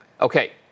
okay